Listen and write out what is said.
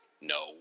No